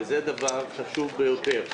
וזה דבר חשוב ביותר.